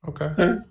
Okay